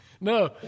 no